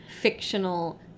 fictional